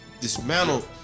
dismantle